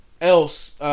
else –